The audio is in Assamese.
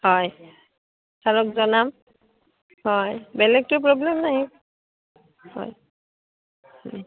হয় ছাৰক জনাম হয় বেলেগটো প্ৰ'ব্লেম নাই হয়